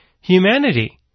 humanity